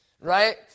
right